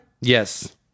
Yes